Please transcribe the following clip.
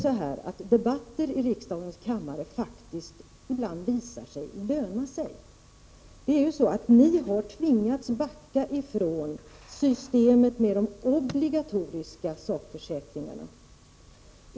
Men debatter i riksdagens kammare visar sig faktiskt ibland löna sig. Ni har tvingats backa från systemet med de obligatoriska sakförsäkringarna.